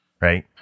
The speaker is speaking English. right